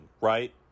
right